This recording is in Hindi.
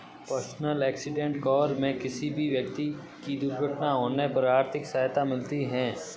पर्सनल एक्सीडेंट कवर में किसी भी व्यक्ति की दुर्घटना होने पर आर्थिक सहायता मिलती है